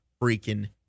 freaking